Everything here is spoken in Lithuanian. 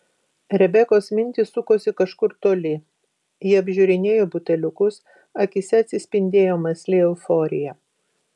rebekos mintys sukosi kažkur toli ji apžiūrinėjo buteliukus akyse atsispindėjo mąsli euforija